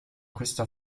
questa